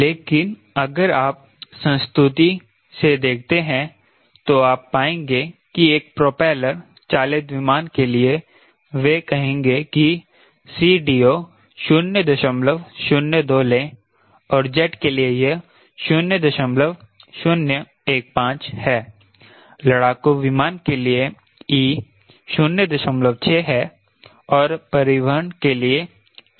लेकिन अगर आप संस्तुति से देखते हैं तो आप पाएंगे कि एक प्रोपेलर चालित विमान के लिए वे कहेंगे कि CDO 002 लें और जेट के लिए यह 0015 है लड़ाकू विमान के लिए e 06 है और परिवहन के लिए e 08 है